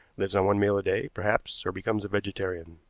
lives on one meal a day, perhaps, or becomes a vegetarian.